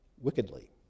wickedly